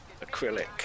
acrylic